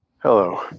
hello